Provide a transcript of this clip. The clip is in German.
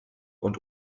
und